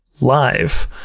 live